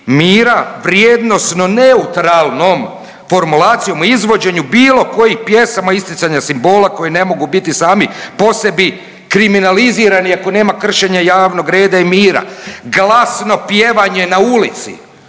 mira vrijednosno neutralnom formulacijom o izvođenju bilo kojih pjesama i isticanja simbola koji ne mogu biti sami po sebi kriminalizirani ako nema kršenja javnog reda i mira. Glasno pjevanje na ulici